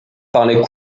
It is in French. parler